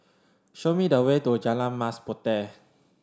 show me the way to Jalan Mas Puteh